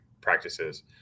practices